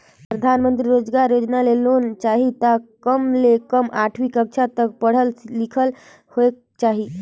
परधानमंतरी रोजगार योजना ले लोन चाही त कम ले कम आठवीं कक्छा तक पढ़ल लिखल होएक चाही